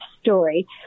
story